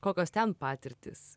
kokios ten patirtys